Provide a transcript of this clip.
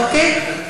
אוקיי?